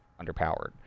underpowered